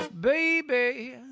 Baby